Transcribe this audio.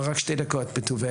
אבל רק שתי דקות בטובך,